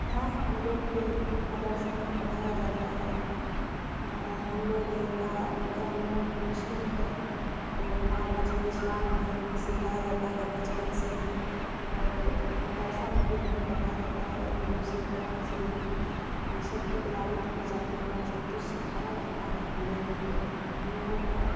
ہاں ہم لوگ کے مدرسہ میں پڑھایا جاتا ہے ہم لوگ کا مطلب ہم لوگ مسلم ہے تو ہمارا مذہب اسلام ہے ہمیں سکھایا جاتا ہے بچپن سے ہی اور مدرسہ میں بھی ہمیں پڑھایا جاتا ہے اردو سے قرآن شریف یہ سب کی تلاوت کی جاتی وہاں سب کچھ سکھایا جاتا ہے ہم لوگوں کو ہم لوگوں کا